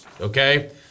okay